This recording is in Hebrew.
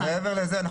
ומעבר לזה,